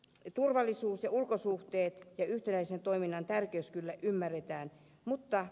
turvallisuus ja ulkosuhteet ja yhtenäisen toiminnan tärkeys kyllä ymmärretään mutta